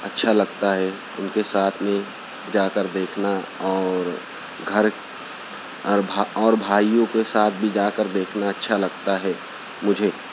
اچھا لگتا ہے ان کے ساتھ میں جا کر دیکھنا اور گھر اور اور بھائیوں کے ساتھ بھی جا کر دیکھنا اچھا لگتا ہے مجھے